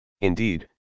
Indeed